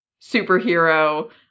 superhero